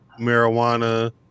marijuana